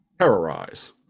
Terrorize